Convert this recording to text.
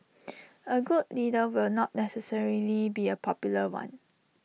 A good leader will not necessarily be A popular one